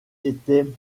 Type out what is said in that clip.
était